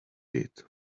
did